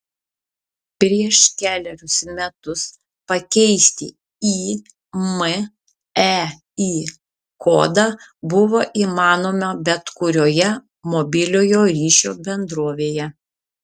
prieš kelerius metus pakeisti imei kodą buvo įmanoma bet kurioje mobiliojo ryšio bendrovėje